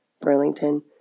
Burlington